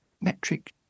metric